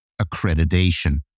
accreditation